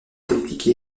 politique